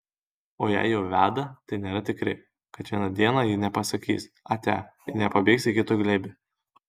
o jei jau veda tai nėra tikri kad vieną dieną ji nepasakys atia ir nepabėgs į kito glėbį